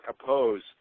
oppose